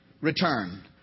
return